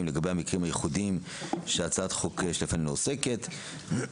לגבי המקרים הייחודיים שהצעת החוק שלפנינו עוסקת בה.